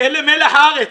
אלה מלח הארץ.